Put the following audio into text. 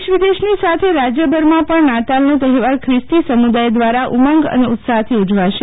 દેશ વિદેશની સાથે રાજયભરમાં પણ નાતાલનો તહેવાર ખ્રિસ્તી સમુદાય દ્વારા ઉમંગ અને ઉત્સાહથી ઉજવાશે